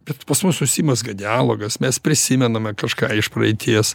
bet pas mus užsimezga dialogas mes prisimename kažką iš praeities